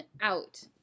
Out